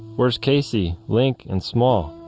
where's casey, link and small?